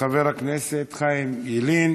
חבר הכנסת חיים ילין.